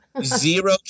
Zero